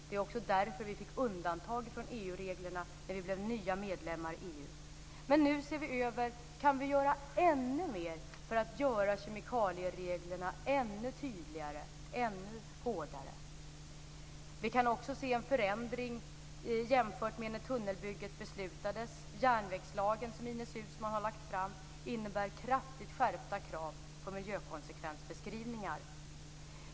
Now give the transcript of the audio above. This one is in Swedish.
Det är också därför vi fick undantag ifrån EU-reglerna när vi blev nya medlemmar i EU. Nu ser vi över om vi kan göra ännu mer för att göra kemikaliereglerna ännu tydligare och ännu hårdare. Vi kan också se en förändring jämfört med när tunnelbygget beslutades. Järnvägslagen, som Ines Uusmann har lagt fram, innebär kraftigt skärpta krav på miljökonsekvensbeskrivningar.